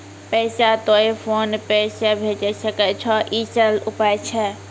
पैसा तोय PhonePe से भैजै सकै छौ? ई सरल उपाय छै?